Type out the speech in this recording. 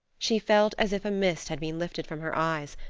she felt as if a mist had been lifted from her eyes,